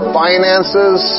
finances